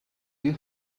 you